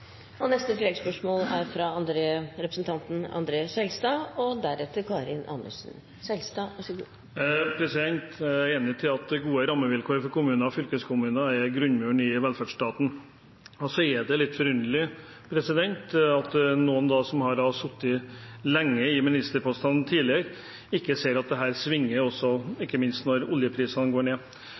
Skjelstad – til oppfølgingsspørsmål. Jeg er enig i at gode rammevilkår for kommuner og fylkeskommuner er grunnmuren i velferdsstaten. Så er det litt forunderlig at noen som har sittet lenge i ministerposter tidligere, ikke ser at dette svinger, ikke minst når oljeprisene går ned.